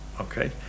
okay